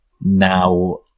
now